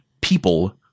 people